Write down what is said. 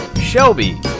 Shelby